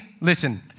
listen